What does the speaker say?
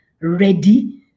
ready